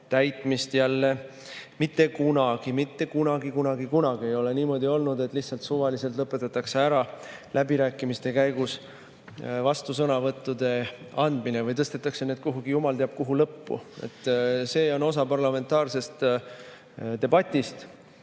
täitmist. Mitte kunagi, mitte kunagi‑kunagi‑kunagi ei ole niimoodi olnud, et lihtsalt suvaliselt lõpetatakse ära läbirääkimiste käigus vastusõnavõttude andmine või tõstetakse need kuhugi jumal teab kuhu lõppu. See on osa parlamentaarsest debatist.